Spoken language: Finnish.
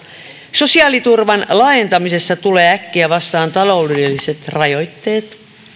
sosiaaliturvan laajentamisessa tulee äkkiä vastaan taloudelliset rajoitteet